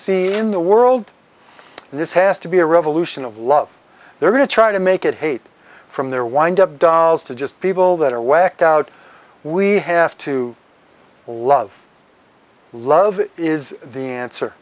see in the world and this has to be a revolution of love they're going to try to make it hate from their wind up dolls to just people that are whacked out we have to love love is the answer